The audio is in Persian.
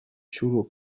شروع